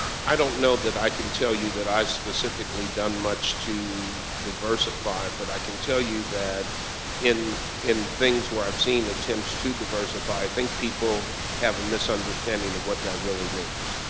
i don't know that i can tell you that i specifically done much to diversify, but i can tell you that in, in things where i've seen attempts to diversify, i think people have a misunderstanding of what that really means.